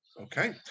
Okay